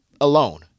Alone